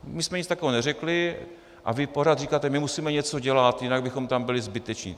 My jsme nic takového neřekli a vy pořád říkáte: my musíme něco dělat, jinak bychom tam byli zbyteční.